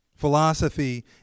philosophy